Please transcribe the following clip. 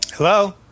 hello